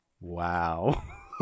Wow